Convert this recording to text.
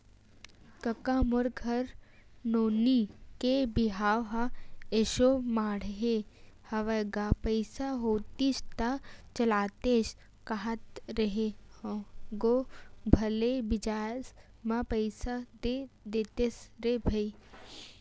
कका मोर घर नोनी के बिहाव ह एसो माड़हे हवय गा पइसा होतिस त चलातेस कांहत रेहे हंव गो भले बियाज म पइसा दे देतेस रे भई